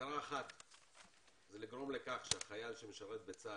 מטרה אחת זה לגרום לכך שהחייל שמשרת בצה"ל,